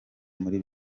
muri